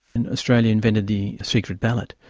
and australia invented the secret ballot,